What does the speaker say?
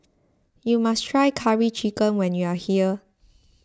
you must try Curry Chicken when you are here